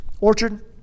Orchard